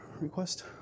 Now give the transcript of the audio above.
request